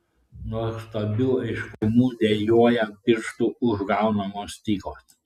nuostabiu aiškumu dejuoja pirštų užgaunamos stygos